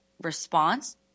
response